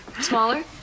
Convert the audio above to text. Smaller